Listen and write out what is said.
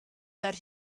that